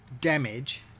Damage